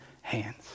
hands